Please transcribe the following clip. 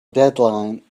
deadline